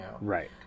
Right